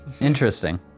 interesting